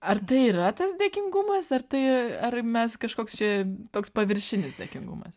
ar tai yra tas dėkingumas ar tai ar mes kažkoks čia toks paviršinis dėkingumas